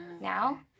now